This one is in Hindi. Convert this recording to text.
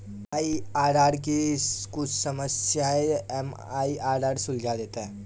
आई.आर.आर की कुछ समस्याएं एम.आई.आर.आर सुलझा देता है